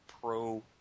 pro